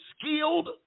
skilled